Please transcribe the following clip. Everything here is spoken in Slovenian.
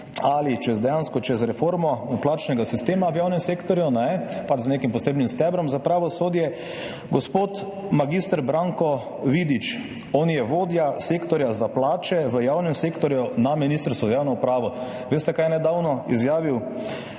ali dejansko čez reformo plačnega sistema v javnem sektorju z nekim posebnim stebrom za pravosodje. Gospod mag. Branko Vidič, on je vodja Sektorja za plače v javnem sektorju na Ministrstvu za javno upravo – veste, kaj je nedavno izjavil?